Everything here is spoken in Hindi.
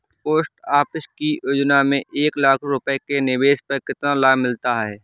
पोस्ट ऑफिस की योजना में एक लाख रूपए के निवेश पर कितना लाभ मिलता है?